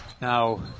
now